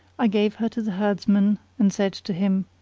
i gave her to the herdsman and said to him,